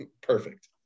perfect